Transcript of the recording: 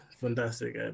fantastic